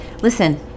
listen